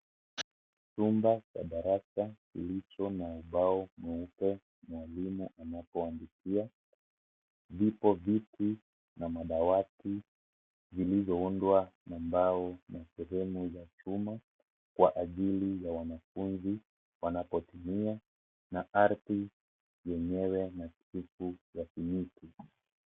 Chumba cha darasa kilicho na ubao mweupe mwalimu anakoandikia, vipo viti na madawati vilivyoundwa na mbao na sehemu za chuma, kwa ajili ya wanafunzi wanapotumia na ardhi yenyewe ni ya vitu vyekundu.